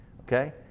okay